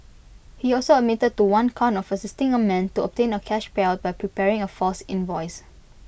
he also admitted to one count of assisting A man to obtain A cash payout by preparing A false invoice